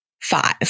five